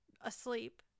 asleep